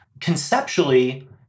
conceptually